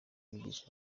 bigisha